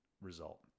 result